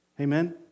Amen